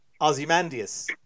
Ozymandias